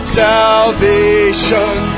salvation